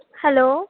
hello